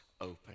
open